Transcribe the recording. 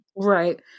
Right